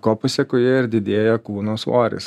ko pasekoje ir didėja kūno svoris